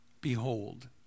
behold